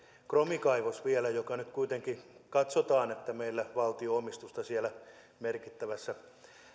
kromikaivos vielä josta nyt kuitenkin katsotaan että meillä valtion omistusta siellä merkittävässä